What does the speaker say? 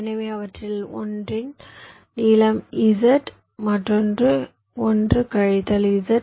எனவே அவற்றில் ஒன்றின் நீளம் z மற்றொன்று 1 கழித்தல் z